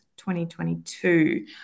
2022